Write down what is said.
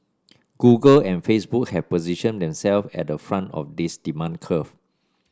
google and Facebook have positioned themselves at the front of this demand curve